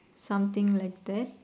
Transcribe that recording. something like that